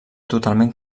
totalment